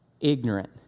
ignorant